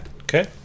okay